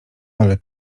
ale